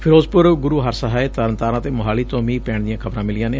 ਫਿਰੋਜ਼ਪੁਰ ਗੁਰੂ ਹਰਸਹਾਇ ਤਰਨਤਾਰਨ ਅਤੇ ਮੁਹਾਲੀ ਤੋਂ ਮੀਂਹ ਪੈਣ ਦੀਆ ਖ਼ਬਰਾ ਮਿਲੀਆਂ ਨੇ